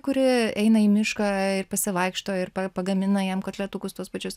kuri eina į mišką ir pasivaikšto ir pagamina jam kotletukus tuos pačius